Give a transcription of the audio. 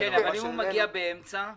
הוא מגיע באמצע התקופה?